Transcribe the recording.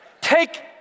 take